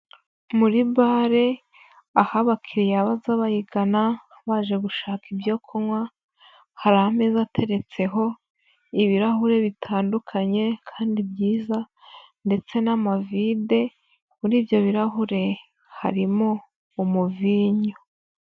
Muri bare aho abakiriya baza bayigana baje gushaka ibyo kunywa, hari ameza ateretseho, ibirahure bitandukanye kandi byiza ndetse n'amavide muri ibyo birahure harimo umuvinyo.